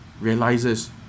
realizes